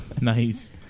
nice